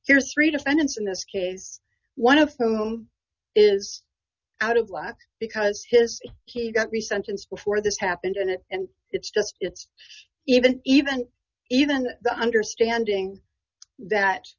here's three defendants in this case one of them is out of whack because his he got three sentences before this happened and it and it's just it's even even even the understanding that